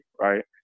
right